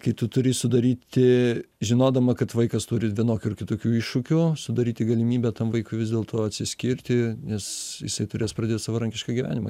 kai tu turi sudaryti žinodama kad vaikas turi vienokių ar kitokių iššūkių sudaryti galimybę tam vaikui vis dėlto atsiskirti nes jisai turės pradėt savarankišką gyvenimą